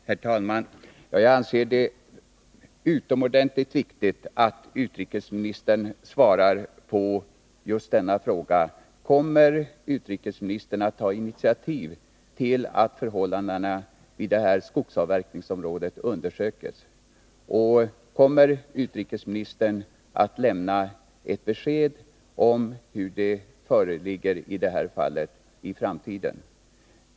Herr talman! Jag anser att det är utomordentligt viktigt att utrikesministern svarar på just frågan: Kommer utrikesministern att ta initiativ till att förhållandena i det aktuella skogsavverkningsområdet undersöks, och kommer utrikesministern att lämna ett besked om resultatet? Detta sagt med tanke på framtiden.